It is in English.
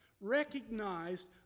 recognized